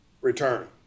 return